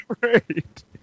Right